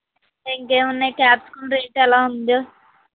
ఇంకా ఏమున్నాయి capsicum rate ఎలా వుంది